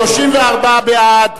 34 בעד,